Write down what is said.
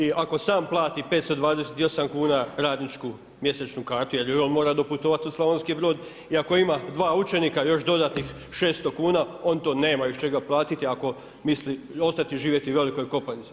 I ako sam plati 528 kuna radničku mjesečnu kartu jer on mora doputovati u Slavonski Brod i ako ima dva učenika još dodatnih 600 kuna on to nema iz čega platiti ako misli, ostati živjeti u Velikoj Kopanici.